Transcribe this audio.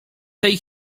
tej